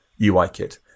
UIKit